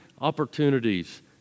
opportunities